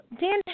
Dan